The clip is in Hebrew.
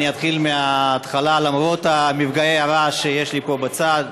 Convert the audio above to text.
אתחיל מההתחלה, למרות מפגעי הרעש שיש לי פה בצד.